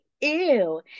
ew